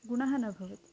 गुणः न भवति